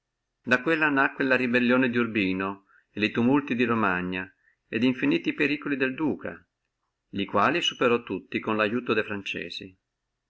da quella nacque la rebellione di urbino e li tumulti di romagna et infiniti periculi del duca li quali tutti superò con lo aiuto de franzesi